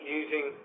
using